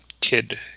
kid